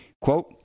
quote